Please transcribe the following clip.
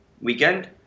weekend